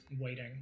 waiting